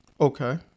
Okay